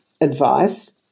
advice